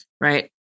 right